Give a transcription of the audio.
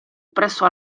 presso